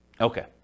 Okay